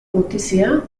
gutizia